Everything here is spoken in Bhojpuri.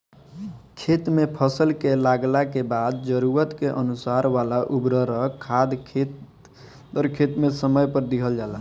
खेत में फसल के लागला के बाद जरूरत के अनुसार वाला उर्वरक खादर खेत में समय समय पर दिहल जाला